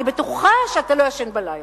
אני בטוחה שאתה לא ישן בלילה,